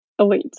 elites